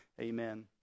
amen